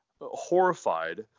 horrified